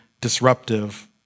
disruptive